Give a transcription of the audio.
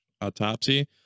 autopsy